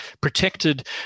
protected